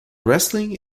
wrestling